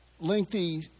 lengthy